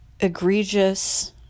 egregious